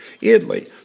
Italy